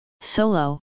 solo